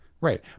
Right